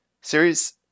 series